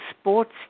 sports